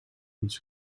ons